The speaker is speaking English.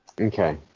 Okay